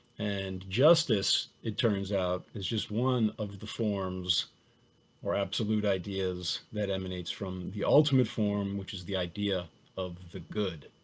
and justice, it turns out, it's just one of the forms or absolute ideas that emanates from the ultimate form, which is the idea of the good.